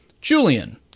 Julian